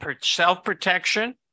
self-protection